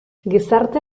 gizarte